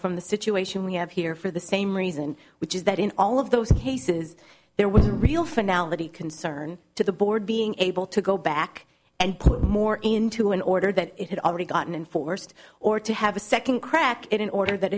from the situation we have here for the same reason which is that in all of those cases there was a real finale concern to the board being able to go back and more into an order that it had already gotten and forced or to have a second crack in an order that